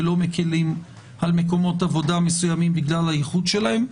ולא מקלים על מקומות עבודה מסוימים בגלל הייחוד שלהם.